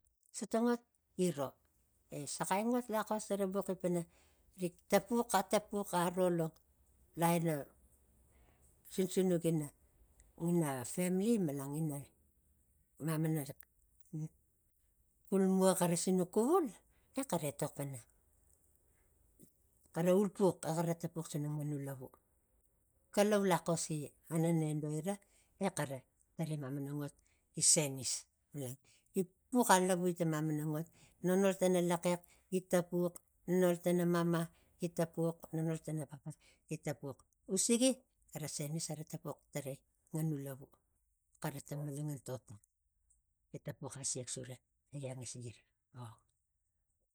So tang ngot gi ro e saxai ngot laxos xara bux i pana rik tapux atapux aro lo laina sin sinuk ina ngina femili malan ngina mamana xulmua xara sinuk xuvule xara etok pana xara ulpux e xara tapux suna nganu lavu kalau laxos gi anenedoi na e xara tarai mamana ngot gi senis malan gi puxalauvui tang mamana ngot nonol tana lexex gi tapux nonol tana mama gi tapux nonol tana papa gi tapux usigi xara senis xara tapxu tarai ngau lavu xara tang malangan to tam gi tapux asiax sura egi angasikira ong.